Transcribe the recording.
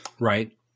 Right